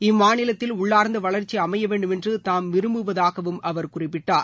இம்மாநிலத்தில் உள்ளார்ந்த வளர்ச்சி அமையவேண்டும் என்று தாம் விரும்புவதாகவும் அவர் குறிப்பிட்டார்